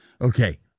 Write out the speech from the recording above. Okay